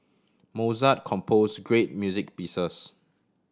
Mozart compose great music pieces